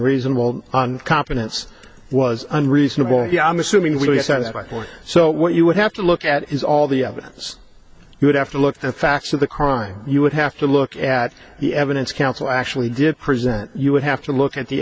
reasonable on confidence was unreasonable i'm assuming we started by four so what you would have to look at is all the evidence you would have to look at the facts of the crime you would have to look at the evidence counsel actually did present you would have to look at the